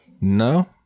No